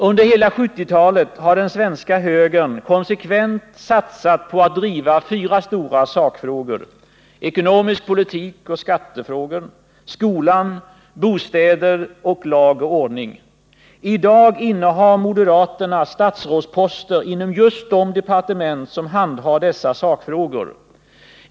Under hela 1970-talet har den svenska högern konsekvent satsat på att driva fyra stora sakfrågor: ekonomisk politik och skattefrågor, skolan, bostäder samt lag och ordning. I dag innehar moderaterna statsrädsposter inom just de departement som handhar dessa sakfrågor.